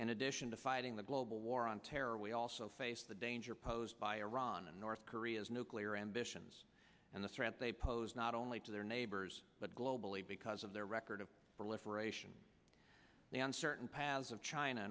in addition to fighting the global war on terror we also face the danger posed by iran and north korea's nuclear ambitions and the threat they pose not only to their neighbors but globally because of their record of for liberation the and certain paths of china